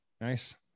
nice